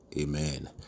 amen